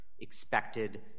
expected